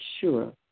sure